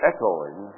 Echoing